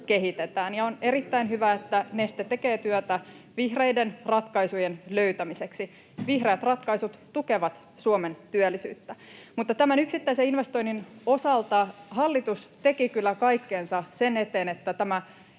on erittäin hyvä, että Neste tekee työtä vihreiden ratkaisujen löytämiseksi. Vihreät ratkaisut tukevat Suomen työllisyyttä. Mutta tämän yksittäisen investoinnin osalta hallitus teki kyllä kaikkensa sen eteen, että tämä